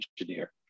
engineer